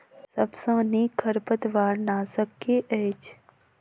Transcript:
सबसँ नीक खरपतवार नाशक केँ अछि?